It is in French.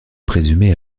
présumée